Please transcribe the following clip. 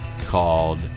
called